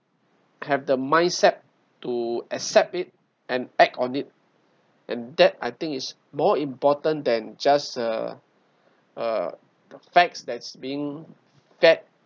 have the mindset to accept it and act on it and that I think is more important than just uh uh the facts that's being fed